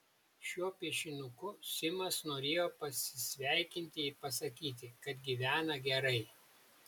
šiuo piešinuku simas norėjo pasisveikinti ir pasakyti kad gyvena gerai